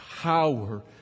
power